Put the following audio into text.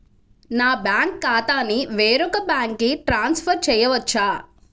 నా బ్యాంక్ ఖాతాని వేరొక బ్యాంక్కి ట్రాన్స్ఫర్ చేయొచ్చా?